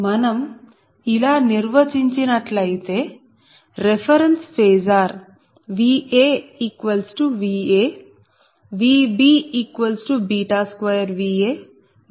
మనం ఇలా నిర్వచించినట్లయితే reference phasor Va Va Vb 𝛽2 Va మరియు Vc 𝛽 Va